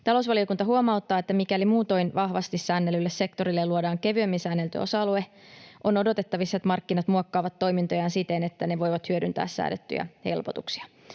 Talousvaliokunta huomauttaa, että mikäli muutoin vahvasti säännellylle sektorille luodaan kevyemmin säännelty osa-alue, on odotettavissa, että markkinat muokkaavat toimintojaan siten, että ne voivat hyödyntää säädettyjä helpotuksia.